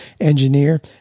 engineer